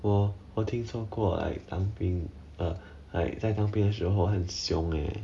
我听说过 like 当兵 like 在当兵时候很凶 eh